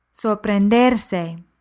Sorprenderse